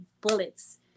bullets